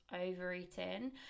overeating